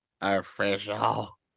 Official